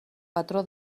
patró